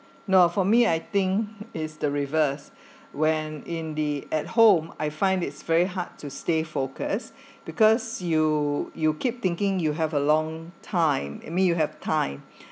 no for me I think is the reverse when in the at home I find it's very hard to stay focused because you you keep thinking you have a long time I mean you have time